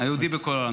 היהודים בכל העולם.